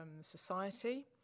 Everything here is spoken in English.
society